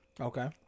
Okay